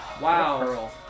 wow